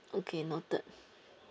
okay noted